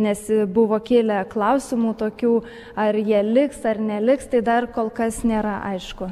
nes buvo kilę klausimų tokių ar jie liks ar neliks tai dar kol kas nėra aišku